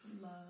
Love